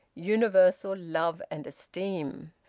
universal love and esteem.